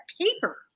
paper